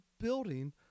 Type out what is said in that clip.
building